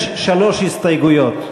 יש שלוש הסתייגויות,